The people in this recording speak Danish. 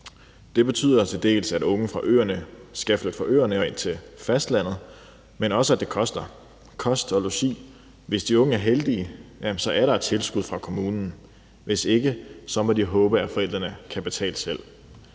Det betyder, dels at unge fra øerne skal flytte fra øerne og ind til fastlandet, dels at det koster kost og logi. Hvis de unge er heldige, er der et tilskud fra kommunen, og hvis ikke, må de håbe, at forældrene selv kan betale det.